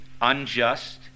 unjust